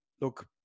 look